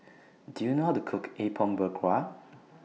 Do YOU know How to Cook Apom Berkuah